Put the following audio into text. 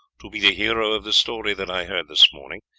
to be the hero of the story that i heard this morning.